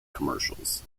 commercials